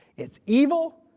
it's evil,